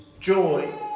joy